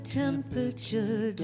temperature